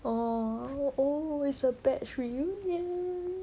oh oh it's a batch reunion